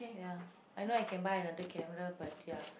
ya I know I can buy another camera but ya